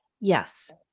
Yes